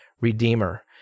redeemer